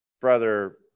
brother